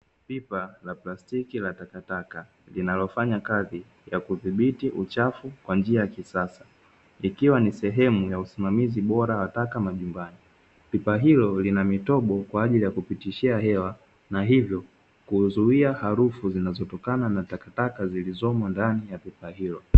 Pipa la plastiki la takataka, linalofanya kazi ya kudhibiti uchafu kwa njia ya kisasa, ikiwa ni sehemu ya usimamizi bora wa taka majumbani. Pipa hilo lina mitobo kwa ajili ya kupitishia hewa na hivyo kuzuia harufu zinazotokana na takataka zilizomo ndani ya pipa hilo.